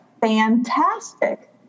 fantastic